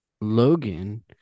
logan